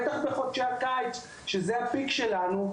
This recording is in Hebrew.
בטח בחודשי הקיץ שהם השיא שלנו.